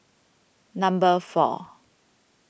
number four